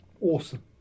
awesome